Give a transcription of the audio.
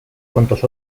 cuantos